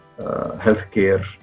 healthcare